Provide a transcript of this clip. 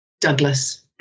Douglas